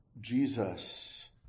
Jesus